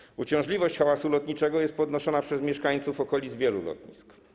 Problem uciążliwości hałasu lotniczego jest podnoszony przez mieszkańców okolic wielu lotnisk.